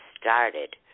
started